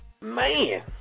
Man